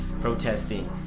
protesting